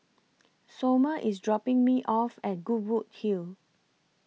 Somer IS dropping Me off At Goodwood Hill